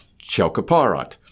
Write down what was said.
chalcopyrite